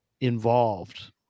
involved